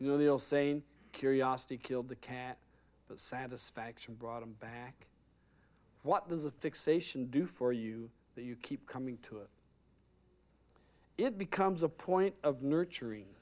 you know they'll say in curiosity killed the cat but satisfaction brought him back what does a fixation do for you that you keep coming to it it becomes a point of nurturing